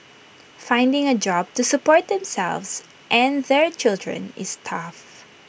finding A job to support themselves and their children is tough